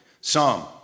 Psalm